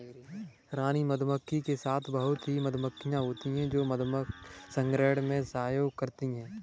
रानी मधुमक्खी के साथ बहुत ही मधुमक्खियां होती हैं जो मधु संग्रहण में सहयोग करती हैं